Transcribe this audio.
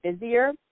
busier